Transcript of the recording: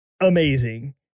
amazing